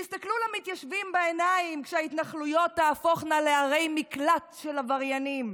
תסתכלו למתיישבים בעיניים כשההתנחלויות תהפוכנה לערי מקלט של עבריינים,